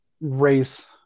race